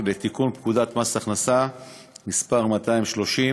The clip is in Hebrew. לתיקון פקודת מס הכנסה (תיקון מס' 230),